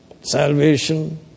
Salvation